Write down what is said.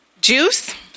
Juice